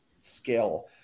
skill